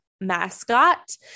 mascot